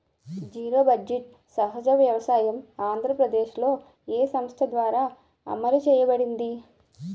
Zero budget సహజ వ్యవసాయం ఆంధ్రప్రదేశ్లో, ఏ సంస్థ ద్వారా అమలు చేయబడింది?